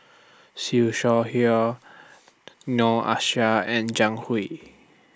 Siew Shaw Her Noor Aishah and Jiang Hu